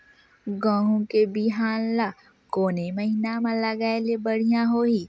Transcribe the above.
गहूं के बिहान ल कोने महीना म लगाय ले बढ़िया होही?